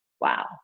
wow